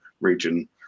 region